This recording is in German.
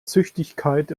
züchtigkeit